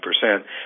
percent